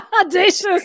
audacious